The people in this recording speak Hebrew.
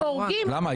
למה?